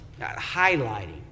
highlighting